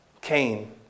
Cain